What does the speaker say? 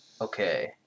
Okay